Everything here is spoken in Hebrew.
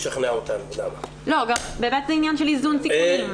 הזמן המרבי המומלץ לשימוש באותה מסכה במהלך הטיסה,